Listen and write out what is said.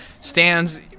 stands